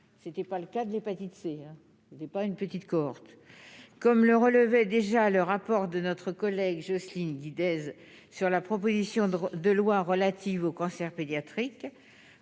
ce n'était pas le cas de l'hépatite C n'est pas une petite cohorte, comme le relevait déjà le rapport de notre collègue Jocelyne Guidez sur la proposition de loi relative aux cancers pédiatriques